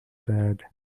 bad